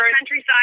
countryside